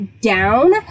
down